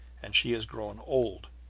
and she has grown old,